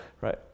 right